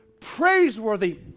praiseworthy